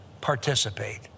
participate